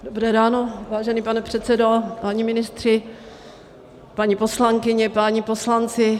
Dobré ráno, vážený pane předsedo, páni ministři, paní poslankyně, páni poslanci.